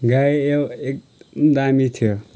गाई एउ एकदम दामी थियो